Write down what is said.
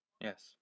Yes